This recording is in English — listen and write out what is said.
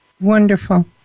Wonderful